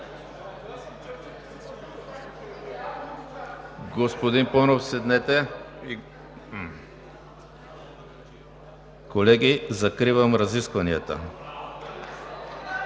Господин Паунов, седнете! Колеги, закривам разискванията.